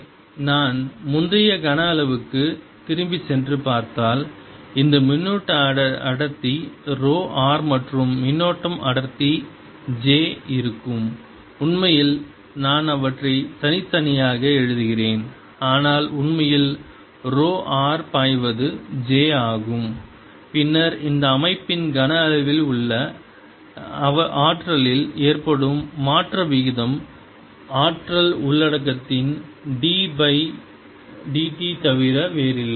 j எனவே நான் முந்தைய கன அளவு க்கு திரும்பிச் சென்று பார்த்தால் இந்த மின்னூட்ட அடர்த்தி ரோ r மற்றும் மின்னோட்டம் அடர்த்தி j இருக்கும் உண்மையில் நான் அவற்றை தனித்தனியாக எழுதுகிறேன் ஆனால் உண்மையில் ரோ r பாய்வது j ஆகும் பின்னர் இந்த அமைப்பின் கன அளவில் உள்ள ஆற்றலில் ஏற்படும் மாற்ற விகிதம் ஆற்றல் உள்ளடக்கத்தின் d பை dt தவிர வேறில்லை